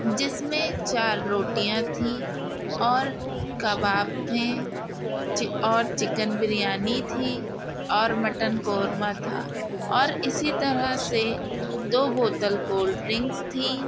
جس میں چار روٹیاں تھیں اور کباب تھے اور چکن بریانی تھی اور مٹن قورمہ تھا اور اسی طرح سے دو بوتل کولڈ ڈرنکس تھیں